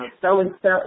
so-and-so